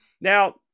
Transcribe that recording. Now